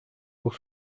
pour